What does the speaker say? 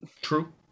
True